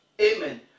Amen